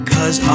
Cause